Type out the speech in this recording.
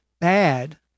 bad